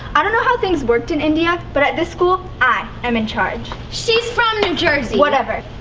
i don't know how things worked in india, but at this school i am in charge. she's from new jersey. whatever.